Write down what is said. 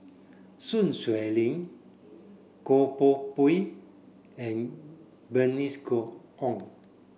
Sun Xueling Goh Poh Pui and Bernice Co Ong